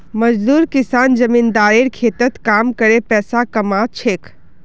मजदूर किसान जमींदारेर खेतत काम करे पैसा कमा छेक